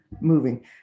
moving